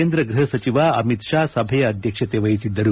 ಕೇಂದ್ರ ಗೃಪ ಸಚಿವ ಅಮಿತ್ ಷಾ ಸಭೆಯ ಅಧ್ಯಕ್ಷತೆ ವಹಿಸಿದ್ದರು